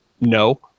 No